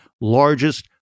largest